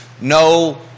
no